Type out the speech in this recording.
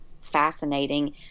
fascinating